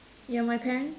ya my parents